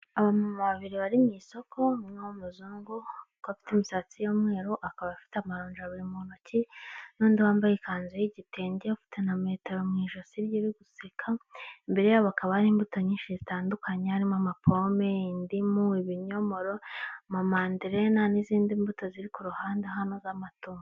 Abamama babiri bari mu isoko, umwe w'umuzungu kuko afite imisatsi y'umweru akaba afite amaronji abiri mu ntoki, n'undi wambaye ikanzu y'igitenge, ufite na metero mw'ijosi rye uri guseka, Imbere yabo hakaba hari imbuto nyinshi zitandukanye, harimo ama pome, indimu, ibinyomoro, ibinyomoro, amamanderina n'izindi mbuto ziri ku ruhande hano z'amatunda.